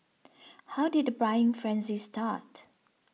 how did the buying frenzy start